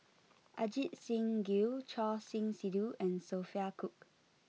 Ajit Singh Gill Choor Singh Sidhu and Sophia Cooke